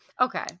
Okay